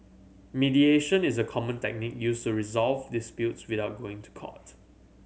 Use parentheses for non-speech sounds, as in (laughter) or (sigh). mediation is a common (unintelligible) used to resolve disputes without going to court